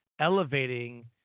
elevating